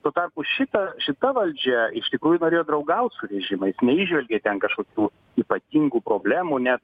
tuo tarpu šita šita valdžia iš tikrųjų norėjo draugaut su režimais neįžvelgė ten kažkokių ypatingų problemų ne